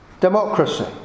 democracy